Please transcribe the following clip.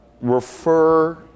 refer